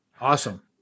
Awesome